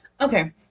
okay